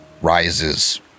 rises